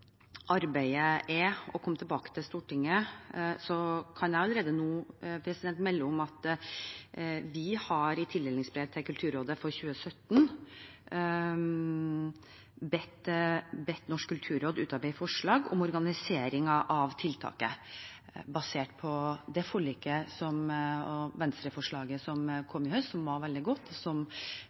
at vi har i tildelingsbrev til Kulturrådet for 2017 bedt Norsk kulturråd utarbeide forslag om organiseringen av tiltaket, basert på Venstres forslag og det forliket som kom i høst, som var veldig godt, og som